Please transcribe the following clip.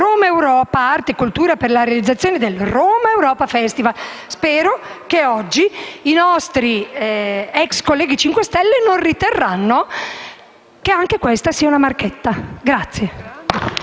Romaeuropa Arte e Cultura per la realizzazione del Romaeuropa Festival, spero che oggi i nostri ex colleghi del Movimento 5 Stelle non riterranno che anche questa sia una marchetta.